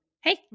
Hey